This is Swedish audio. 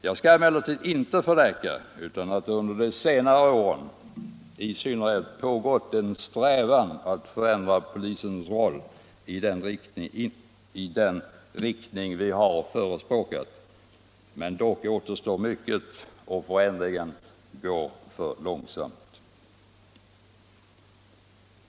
Jag skall emellertid inte förneka att det i synnerhet under de senare åren har pågått en medveten strävan att förändra polisens roll i den riktning vi har förespråkat. Men ännu återstår mycket, och förändringen går för långsamt.